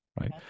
right